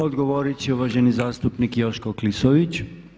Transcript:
Odgovorit će uvaženi zastupnik Joško Klisović.